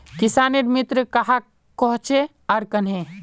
किसानेर मित्र कहाक कोहचे आर कन्हे?